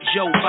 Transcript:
Joe